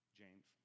james